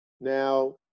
Now